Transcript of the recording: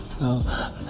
No